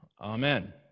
amen